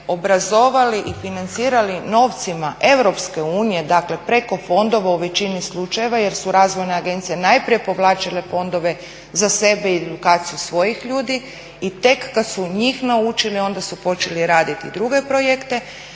obrazovali i financirali novcima Europske unije, dakle preko fondova u većini slučajeva jer su razvojne agencije najprije povlačile fondove za sebe i edukaciju svojih ljudi i tek kad su njih naučili onda su počeli raditi druge projekte.